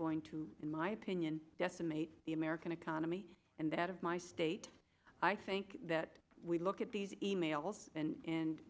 going to in my opinion decimate the american economy and that of my state i think that we look at these e mails and